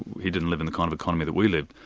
he didn't live in the kind of economy that we live,